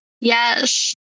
Yes